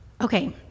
Okay